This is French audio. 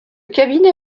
cabinet